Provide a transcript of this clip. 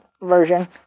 version